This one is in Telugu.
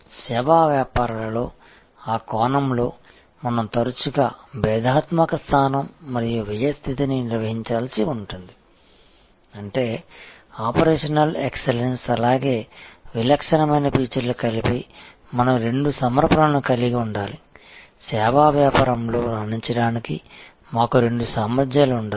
సేవా వ్యాపారాలలో ఆ కోణంలో మనం తరచుగా భేదాత్మక స్థానం మరియు వ్యయ స్థితిని నిర్వహించాల్సి ఉంటుంది అంటే ఆపరేషనల్ ఎక్సలెన్స్ అలాగే విలక్షణమైన ఫీచర్లు కలిపి మనం రెండు సమర్పణలను కలిగి ఉండాలి సేవా వ్యాపారంలో రాణించడానికి మాకు రెండు సామర్థ్యాలు ఉండాలి